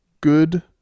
good